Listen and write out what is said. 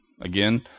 Again